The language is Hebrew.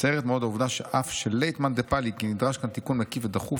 "מצערת מאוד העובדה שאף שלית מאן דפליג כי נדרש כאן תיקון מקיף ודחוף,